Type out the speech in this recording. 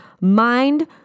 Mind